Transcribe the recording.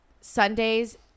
sundays